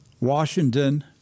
Washington